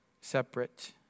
separate